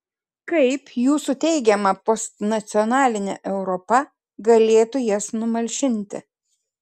kaip jūsų teigiama postnacionalinė europa galėtų jas numalšinti